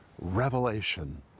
revelation